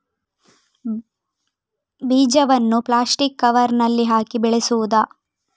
ಬೀಜವನ್ನು ಪ್ಲಾಸ್ಟಿಕ್ ಕವರಿನಲ್ಲಿ ಹಾಕಿ ಬೆಳೆಸುವುದಾ?